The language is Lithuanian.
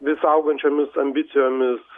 vis augančiomis ambicijomis